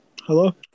Hello